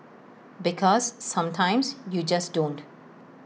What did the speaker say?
because sometimes you just don't